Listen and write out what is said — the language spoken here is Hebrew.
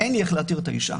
אין לי איך להתיר את האישה.